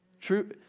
True